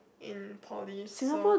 in poly so